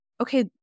okay